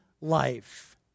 life